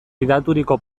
gidaturiko